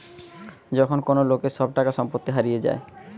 যখন কোন লোকের সব টাকা সম্পত্তি হারিয়ে যায়